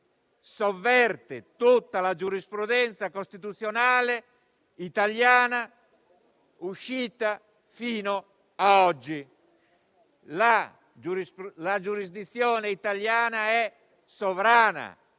sovverte tutta la giurisprudenza costituzionale italiana emanata fino a oggi. Ricordo che la giurisdizione italiana è sovrana